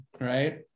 right